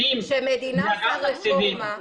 כשמדינה עושה רפורמה כל כך